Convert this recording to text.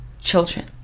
children